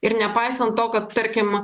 ir nepaisant to kad tarkim